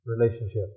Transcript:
relationship